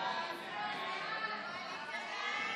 ההצעה להעביר את הצעת חוק התוכנית לסיוע כלכלי (נגיף הקורונה החדש)